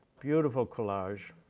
beautiful collage,